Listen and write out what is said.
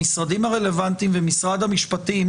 למשרד המשפטים,